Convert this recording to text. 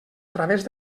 través